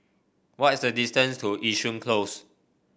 what is the distance to Yishun Close